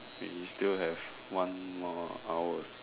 we still have one more hour